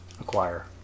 acquire